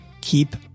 keep